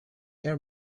your